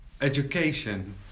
education